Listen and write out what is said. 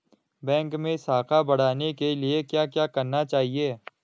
Bank मैं साख बढ़ाने के लिए क्या क्या करना चाहिए?